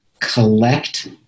collect